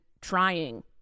trying